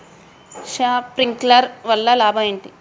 Sprinkler వల్ల లాభం ఏంటి?